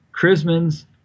Chrisman's